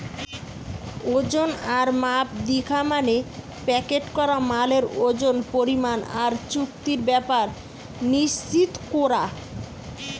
ওজন আর মাপ দিখা মানে প্যাকেট করা মালের ওজন, পরিমাণ আর চুক্তির ব্যাপার নিশ্চিত কোরা